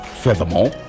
Furthermore